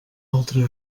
altre